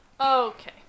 Okay